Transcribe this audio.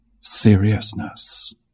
seriousness